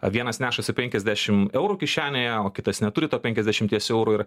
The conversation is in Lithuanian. vienas nešasi penkiasdešimt eurų kišenėje o kitas neturi to penkiasdešimties eurų ir